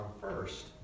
first